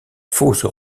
fausse